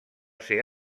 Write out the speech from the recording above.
ser